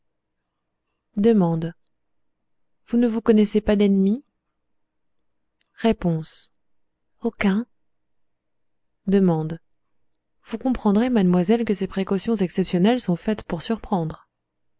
vous ne vous connaissez pas d'ennemis r aucun d vous comprendrez mademoiselle que ces précautions exceptionnelles sont faites pour surprendre